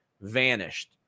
Vanished